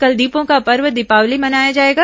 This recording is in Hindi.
कल दीपों का पर्व दीपावली मनाया जाएगा